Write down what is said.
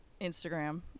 Instagram